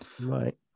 right